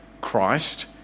Christ